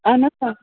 اَہن حظ آ